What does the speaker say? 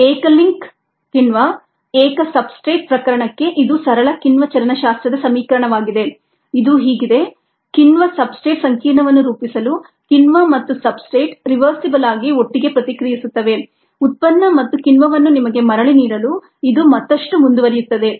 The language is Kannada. ಏಕ ಲಿಂಕ್ ಕಿಣ್ವ ಏಕ ಸಬ್ಸ್ಟ್ರೇಟ್ ಪ್ರಕರಣಕ್ಕೆ ಇದು ಸರಳ ಕಿಣ್ವ ಚಲನಶಾಸ್ತ್ರದ ಸಮೀಕರಣವಾಗಿದೆ ಇದು ಹೀಗಿದೆ ಕಿಣ್ವ ಸಬ್ಸ್ಟ್ರೇಟ್ ಸಂಕೀರ್ಣವನ್ನು ರೂಪಿಸಲು ಕಿಣ್ವ ಮತ್ತು ಸಬ್ಸ್ಟ್ರೇಟ್ ರಿವರ್ಸಿಬಲ್ ಆಗಿ ಒಟ್ಟಿಗೆ ಪ್ರತಿಕ್ರಿಯಿಸುತ್ತದೆ ಉತ್ಪನ್ನ ಮತ್ತು ಕಿಣ್ವವನ್ನು ನಿಮಗೆ ಮರಳಿ ನೀಡಲು ಇದು ಮತ್ತಷ್ಟು ಮುಂದುವರಿಯುತ್ತದೆ